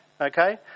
okay